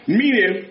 meaning